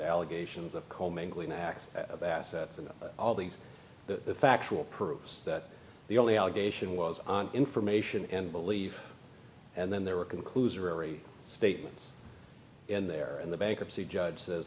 act of assets and all these the factual proves that the only allegation was on information and believe and then there were conclusionary statements in there in the bankruptcy judge